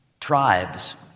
tribes